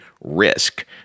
Risk